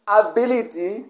ability